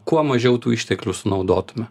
kuo mažiau tų išteklių sunaudotume